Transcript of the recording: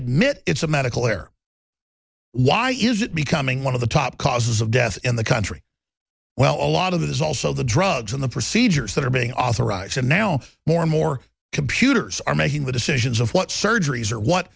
admit it's a medical error why is it becoming one of the top causes of death in the country well a lot of it is also the drugs in the procedures that are being authorized now more and more computers are making the decisions of what surgeries or what